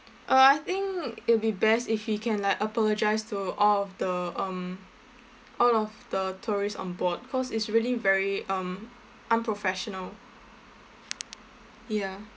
uh I think it'll be best if he can like apologise to all of the um all of the tourists on board cause it's really very um unprofessional ya